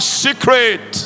secret